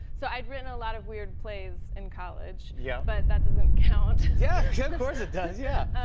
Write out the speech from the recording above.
so i'd written a lot of weird plays in college. yeah. but that doesn't count yeah does, yeah.